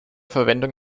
verwendung